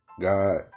God